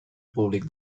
públic